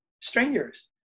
strangers